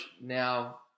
now